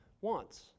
wants